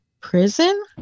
prison